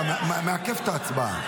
אתה מעכב את ההצבעה.